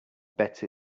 bet